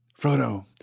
Frodo